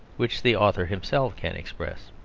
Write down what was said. which the author himself can express.